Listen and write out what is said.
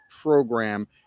program